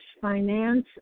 finance